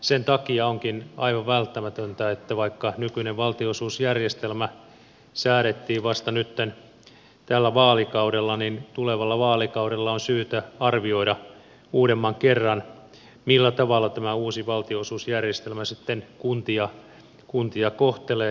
sen takia onkin aivan välttämätöntä että vaikka nykyinen valtionosuusjärjestelmä säädettiin vasta nytten tällä vaalikaudella niin tulevalla vaalikaudella on syytä arvioida uudemman kerran millä tavalla tämä uusi valtionosuusjärjestelmä sitten kuntia kohtelee